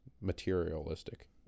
materialistic